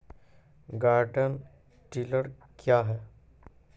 Garden tiller क्या हैं?